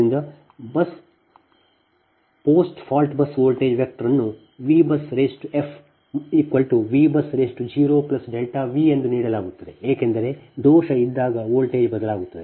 ಆದ್ದರಿಂದ post fault bus voltage vector ಅನ್ನು VBUSfVBUS0V ಎಂದು ನೀಡಲಾಗುತ್ತದೆ ಏಕೆಂದರೆ ದೋಷ ಇದ್ದಾಗ ವೋಲ್ಟೇಜ್ ಬದಲಾಗುತ್ತದೆ